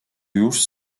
już